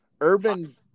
Urban